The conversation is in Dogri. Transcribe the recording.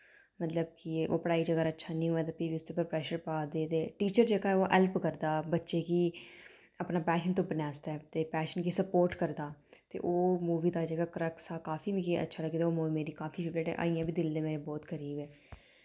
मतलब कि ओह् पढ़ाई च अगर अच्छा निं होऐ ते फ्ही उसदे उप्पर प्रैशर पा दे टीचर जेह्का ऐ ओह् हैल्प करदा बच्चे कि अपना पैशन तुप्पने आस्तै ते पैशन गी सुपोर्ट करदा ते ओह् मूवी दा जेह्ड़ा क्रक्स हा काफी मिकी अच्छा लग्गेआ ते ओह् मूवी मेरी काफी फेवरेट ऐ अजें मेरे दिल दे बहुत करीब ऐ